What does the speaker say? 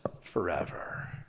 forever